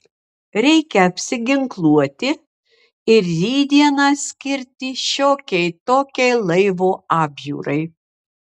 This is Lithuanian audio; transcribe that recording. reikia apsiginkluoti ir rytdieną skirti šiokiai tokiai laivo apžiūrai